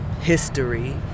history